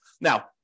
Now